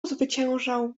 zwyciężał